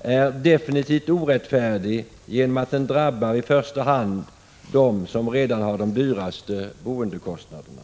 är definitivt orättfärdig genom att den drabbar i första hand dem som redan har de dyraste boendekostnaderna.